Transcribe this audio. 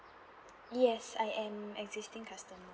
yes I am existing customer